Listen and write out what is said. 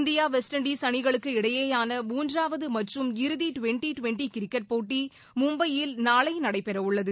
India West Indies அணிகளுக்கு இடையேயான மூன்றாவது மற்றும் இறுதி டுவெண்டி டுவெண்டி கிரிக்கெட் போட்டி மும்பையில் நாளை நடைபெற உள்ளது